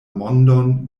mondon